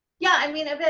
yeah. i mean,